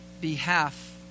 behalf